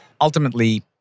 Ultimately